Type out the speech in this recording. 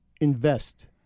invest